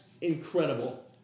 incredible